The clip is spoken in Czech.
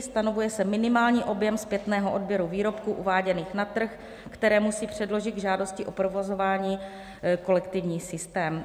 Stanovuje se minimální objem zpětného odběru výrobků uváděných na trh, které musí předložit k žádosti o provozování kolektivní systém.